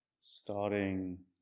starting